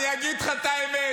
אני אגיד לך את האמת.